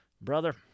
Brother